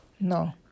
no